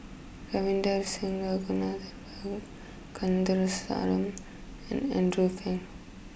Ravinder Singh Ragunathar Kanagasuntheram and Andrew Phang